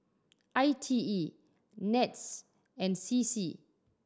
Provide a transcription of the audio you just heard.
I T E NETS and C C